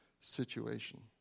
situation